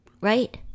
Right